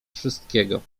wszystkiego